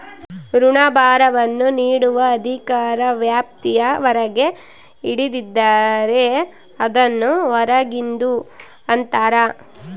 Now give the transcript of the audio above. ಋಣಭಾರವನ್ನು ನೀಡುವ ಅಧಿಕಾರ ವ್ಯಾಪ್ತಿಯ ಹೊರಗೆ ಹಿಡಿದಿದ್ದರೆ, ಅದನ್ನು ಹೊರಗಿಂದು ಅಂತರ